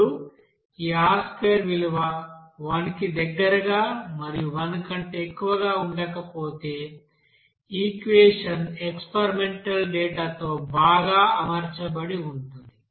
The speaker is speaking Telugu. ఇప్పుడు ఈ R2 విలువ 1 కి దగ్గరగా మరియు 1 కంటే ఎక్కువగా ఉండకపోతే ఈక్వెషన్ ఎక్స్పెరిమెంటల్ డేటా తో బాగా అమర్చబడి ఉంటుంది